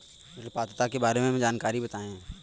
ऋण पात्रता के बारे में जानकारी बताएँ?